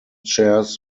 chairs